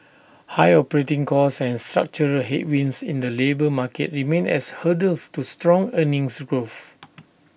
high operating costs and structural headwinds in the labour market remain as hurdles to strong earnings growth